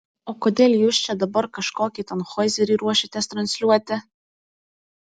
o kodėl jūs čia dabar kažkokį tanhoizerį ruošiatės transliuoti